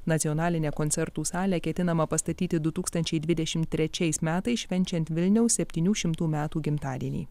nacionalinę koncertų salę ketinama pastatyti du tūkstančiai dvidešimt trečiais metais švenčiant vilniaus septynių šimtų metų gimtadienį